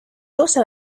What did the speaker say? also